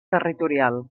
territorial